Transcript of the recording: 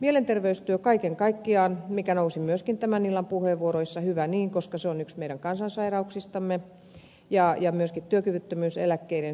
mielenterveystyö kaiken kaikkiaan nousi myöskin tämän illan puheenvuoroissa hyvä niin koska mielenterveysongelmat ovat yksi meidän kansansairauksistamme ja myöskin työkyvyttömyyseläkkeiden syistä